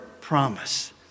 promise